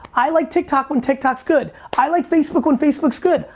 i like tik tok when tik tok's good. i like facebook when facebook's good.